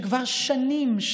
כבר שנים,